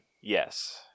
Yes